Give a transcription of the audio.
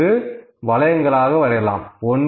2 என்றும் வளையங்களாக வரையலாம்